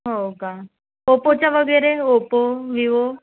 हो का ओपोचा वगैरे ओपो विवो